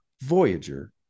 Voyager